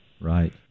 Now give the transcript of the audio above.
right